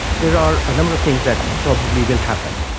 there are a number of things that probably will happen.